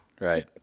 right